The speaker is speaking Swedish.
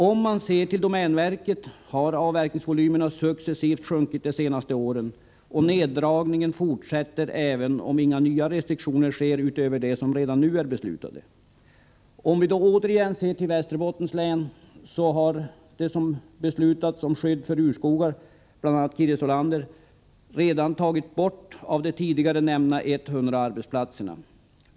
Beträffande domänverket har avverkningsvolymerna successivt sjunkit de senaste åren, och neddragningen fortsätter, även om inga nya restriktioner införs utöver dem som redan är beslutade. Om vi då återigen ser till Västerbottens län kan vi konstatera att det som beslutats om skydd för urskogar, bl.a. beträffande Kirjesålandet, inneburit borttagningar beträffande de tidigare nämnda 100 arbetsplatserna.